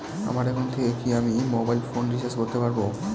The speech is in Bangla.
আমার একাউন্ট থেকে কি আমি মোবাইল ফোন রিসার্চ করতে পারবো?